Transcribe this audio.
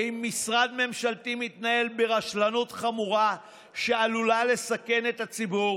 ואם משרד ממשלתי מתנהל ברשלנות חמורה שעלולה לסכן את הציבור,